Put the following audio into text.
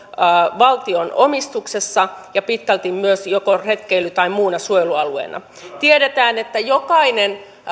valtion omistuksessa ja pitkälti myös joko retkeily tai muuna suojelualueena tiedetään että jokainen